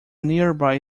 nearby